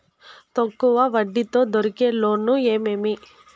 తక్కువ వడ్డీ తో దొరికే లోన్లు ఏమేమి